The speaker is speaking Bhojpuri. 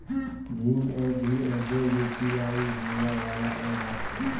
भीम एप्प भी एगो यू.पी.आई सेवा वाला एप्प बाटे